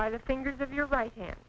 by the fingers of your right hand